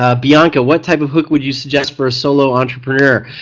ah bianca, what type of hook would you suggest for solo entrepreneur?